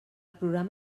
programa